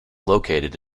located